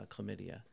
chlamydia